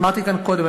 אמרתי כאן קודם,